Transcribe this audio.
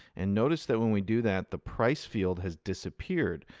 and notice that when we do that, the price field has disappeared.